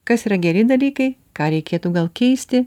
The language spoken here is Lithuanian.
kas yra geri dalykai ką reikėtų gal keisti